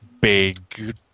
big